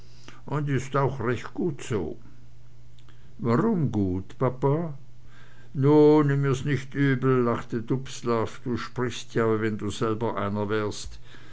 und ist auch recht gut so warum gut papa nun nimm es nicht übel lachte dubslav du sprichst ja wie wenn du selber einer wärst